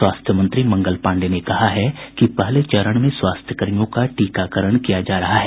स्वास्थ्य मंत्री मंगल पांडेय ने कहा है कि पहले चरण में स्वास्थ्य कर्मियों का टीकाकरण किया जा रहा है